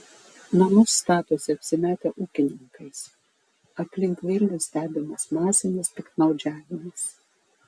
namus statosi apsimetę ūkininkais aplink vilnių stebimas masinis piktnaudžiavimas